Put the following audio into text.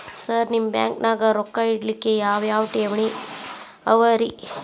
Sir ನಿಮ್ಮ ಬ್ಯಾಂಕನಾಗ ರೊಕ್ಕ ಇಡಲಿಕ್ಕೆ ಯಾವ್ ಯಾವ್ ಠೇವಣಿ ಅವ ರಿ?